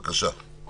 בבקשה.